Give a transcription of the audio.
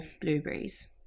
blueberries